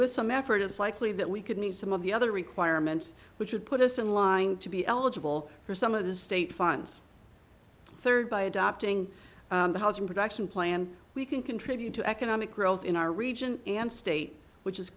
with some effort it's likely that we could meet some of the other requirements which would put us in line to be eligible for some of the state funds third by adopting the housing production plan we can contribute to economic growth in our region and state which is